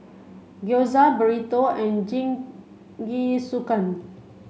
Gyoza Burrito and Jingisukan